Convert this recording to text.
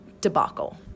debacle